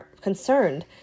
concerned